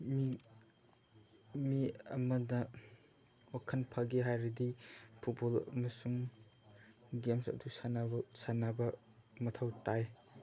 ꯃꯤ ꯃꯤ ꯑꯃꯗ ꯋꯥꯈꯜ ꯐꯒꯦ ꯍꯥꯏꯔꯗꯤ ꯐꯨꯠꯕꯣꯜ ꯑꯃꯁꯨꯡ ꯒꯦꯝꯁ ꯑꯗꯨ ꯁꯥꯟꯅꯕ ꯃꯊꯧ ꯇꯥꯏ